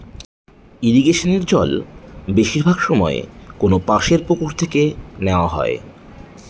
ইরিগেশনের জল বেশিরভাগ সময় কোনপাশর পুকুর থেকে নেওয়া হয়